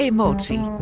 Emotie